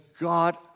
God